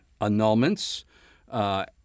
annulments